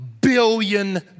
Billion